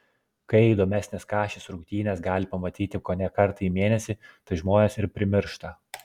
kai įdomesnes kašės rungtynes gali pamatyti kone kartą į mėnesį tai žmonės ir primiršta